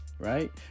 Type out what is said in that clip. right